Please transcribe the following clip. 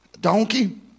Donkey